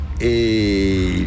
Et